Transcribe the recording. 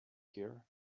here